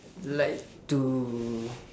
like to